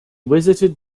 visited